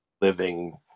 living